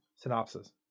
Synopsis